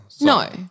No